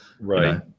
Right